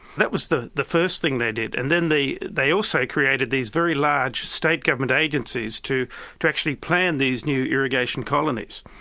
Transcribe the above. that was the the first thing they did. and then they they also created these very large state government agencies to to actually plan these new irrigation colonies.